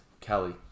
Kelly